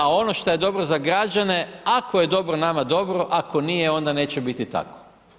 A ono što je dobro za građane, ako je dobro nama dobro, ako nije onda neće biti tako.